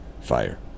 fire